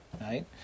right